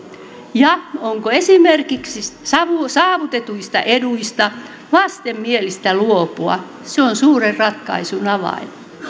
ja onko esimerkiksi saavutetuista eduista vastenmielistä luopua se on suuren ratkaisun avain